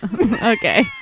Okay